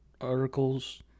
articles